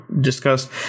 discussed